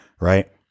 right